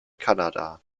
kanada